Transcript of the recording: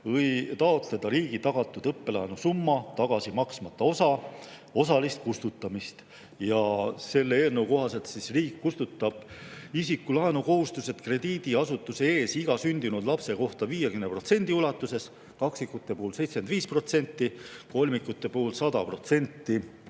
taotleda riigi tagatud õppelaenusumma tagasi maksmata osa osalist kustutamist. Selle eelnõu kohaselt riik kustutab isiku laenukohustused krediidiasutuse ees iga sündinud lapse puhul 50% ulatuses, kaksikute puhul 75%, kolmikute puhul 100%.